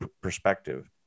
perspective